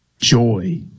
joy